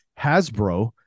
Hasbro